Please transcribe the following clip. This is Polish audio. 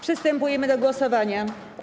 Przystępujemy do głosowania.